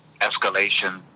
escalation